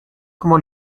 como